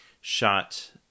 shot